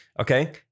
Okay